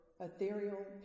ethereal